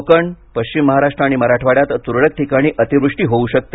कोकण पश्चिम महाराष्ट्र आणि मराठवाड्यात तुरळक ठिकाणी अतिवृष्टी होऊ शकते